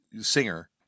singer